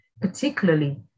particularly